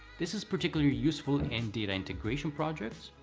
this is particularly useful in data integration projects,